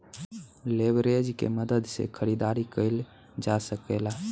leverage के मदद से खरीदारी कईल जा सकेला